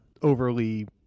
overly